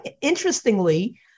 interestingly